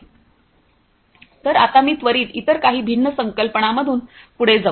तर आता मी त्वरीत इतर काही भिन्न संकल्पनांमधून पुढे जाऊ